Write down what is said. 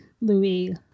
Louis